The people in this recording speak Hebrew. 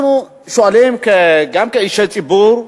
אנחנו שואלים, גם כאישי ציבור,